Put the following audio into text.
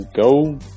go